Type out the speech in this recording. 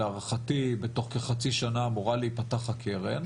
להערכתי בתוך כחצי שנה אמורה להיפתח הקרן,